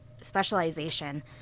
specialization